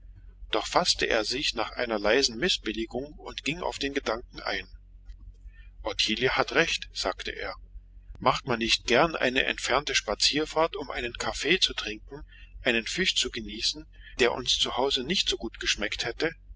doch faßte er sich nach einer leisen mißbilligung und ging auf den gedanken ein ottilie hat recht sagte er macht man nicht gern eine entfernte spazierfahrt um einen kaffee zu trinken einen fisch zu genießen der uns zu hause nicht so gut geschmeckt hätte